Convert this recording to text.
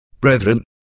brethren